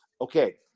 Okay